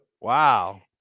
Wow